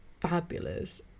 fabulous